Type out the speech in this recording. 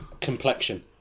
complexion